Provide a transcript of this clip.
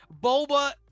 boba